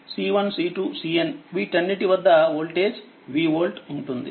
Cn వీటన్నిటి వద్దవోల్టేజ్ v volt ఉంటుంది